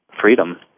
freedom